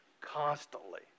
constantly